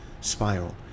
spiral